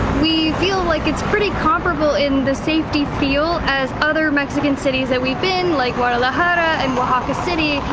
we feel like it's pretty comparable in the safety feel as other mexican cities that we've been like guadalajara, and oaxaca city,